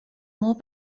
more